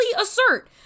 assert